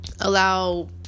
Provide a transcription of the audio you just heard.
allow